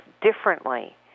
differently